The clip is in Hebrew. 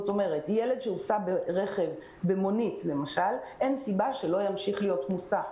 ילד שהוסע במונית, אין סיבה שלא ימשיך להיות מוסע.